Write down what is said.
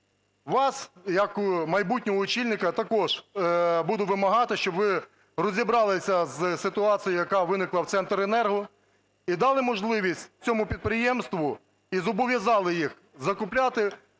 вас як майбутнього очільника також буду вимагати, щоб ви розібралися з ситуацією, яка виникла в "Центренерго", і дали можливість цьому підприємству, і зобов'язали їх, закупляти